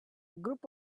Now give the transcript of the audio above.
group